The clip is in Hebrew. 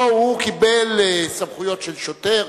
או הוא קיבל סמכויות של שוטר,